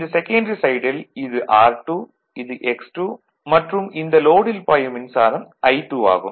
இந்த செகன்டரி சைடில் இது R2 இது X2 மற்றும் இந்த லோடில் பாயும் மின்சாரம் I2 ஆகும்